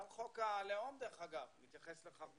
גם חוק הלאום, דרך אגב, מתייחס לכך במפורש.